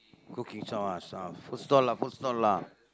cooking so ah food stall lah food stall lah